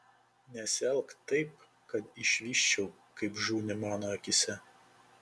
nesielk taip kad išvysčiau kaip žūni mano akyse